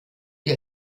die